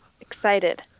excited